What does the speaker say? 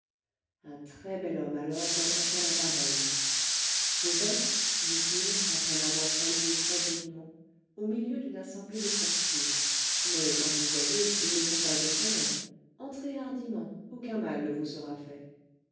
un très bel homme alors m'adressa la parole vous êtes dit-il après m'avoir salué très-poliment au milieu d'une assemblée de sorciers mais comme vous voyez ils ne sont pas effrayans entrez hardiment aucun mal ne vous sera fait